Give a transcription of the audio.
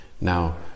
now